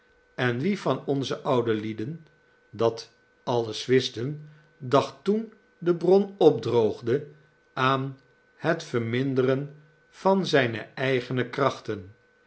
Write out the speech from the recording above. en wie van onze oude lieden dat alles wisten dacht toen de bron opdroogde aan het verminderen van zijne eigene krachten